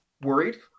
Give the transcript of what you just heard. worried